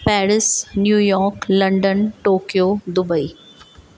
Paris New York London Tokyo Dubai